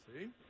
See